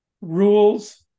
rules